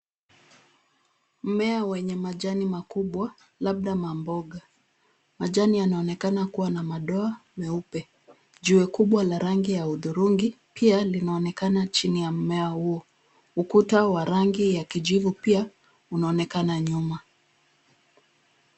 Mmea wenye majani makubwa labda ma mboga. Majani yanaonekana kuwa na madoa meupe. Jiwe kubwa la rangi ya hudhurungi pia linaonekana chini ya mmea huo. Ukuta wa rangi ya kijivu pia unaonekana nyuma.